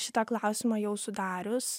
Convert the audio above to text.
šitą klausimą jau sudarius